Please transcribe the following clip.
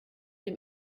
dem